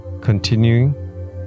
continuing